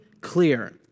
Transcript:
clear